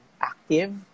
active